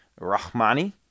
Rahmani